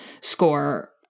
score